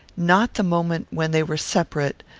not the moment when they were separate,